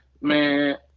man